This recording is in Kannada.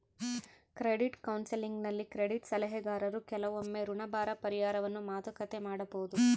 ಕ್ರೆಡಿಟ್ ಕೌನ್ಸೆಲಿಂಗ್ನಲ್ಲಿ ಕ್ರೆಡಿಟ್ ಸಲಹೆಗಾರರು ಕೆಲವೊಮ್ಮೆ ಋಣಭಾರ ಪರಿಹಾರವನ್ನು ಮಾತುಕತೆ ಮಾಡಬೊದು